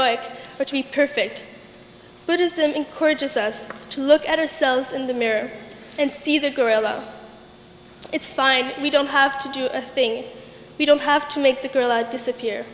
we perfect buddhism encourages us to look at ourselves in the mirror and see the gorilla it's fine we don't have to do a thing we don't have to make the girl or disappear